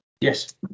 yes